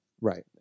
Right